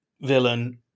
villain